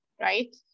right